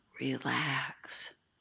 relax